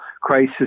crisis